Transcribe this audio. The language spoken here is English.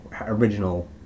original